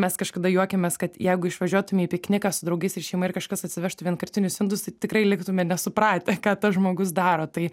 mes kažkada juokėmės kad jeigu išvažiuotume į pikniką su draugais ir šeima ir kažkas atsivežtų vienkartinius indus tai tikrai liktume nesupratę ką tas žmogus daro tai